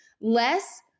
Less